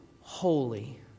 holy